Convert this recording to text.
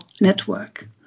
network